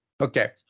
Okay